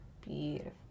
Beautiful